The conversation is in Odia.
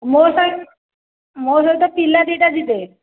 ମୋ ସହି ମୋ ସହିତ ପିଲା ଦୁଇଟା ଯିବେ